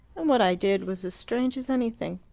and what i did was as strange as anything.